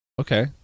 Okay